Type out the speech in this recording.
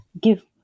give